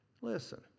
listen